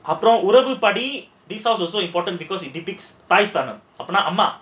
அப்புறம் உறவுப்படி:appuram uravuppadi also important because it அப்டினா அம்மா:apdinaa amma